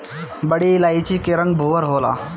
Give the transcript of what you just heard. बड़ी इलायची के रंग भूअर होला